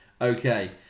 Okay